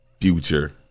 Future